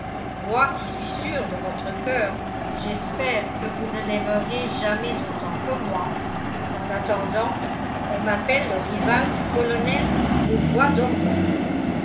moi qui suis sûr de votre coeur j'espère que vous ne l'aimerez jamais autant que moi en attendant on m'appelle le rival du colonel au bois dormant